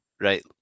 right